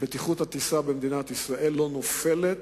שבטיחות הטיסה במדינת ישראל לא נופלת